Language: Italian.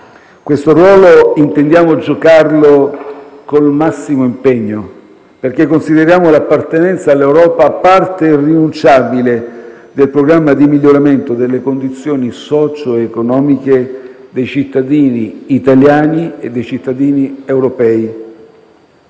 Questo ruolo intendiamo giocarlo con il massimo impegno, perché consideriamo l'appartenenza all'Europa parte irrinunciabile del programma di miglioramento delle condizioni socioeconomiche dei cittadini italiani e dei cittadini europei.